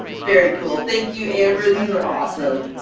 very cool! thank you amber! these are awesome!